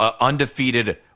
undefeated